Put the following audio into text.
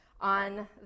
on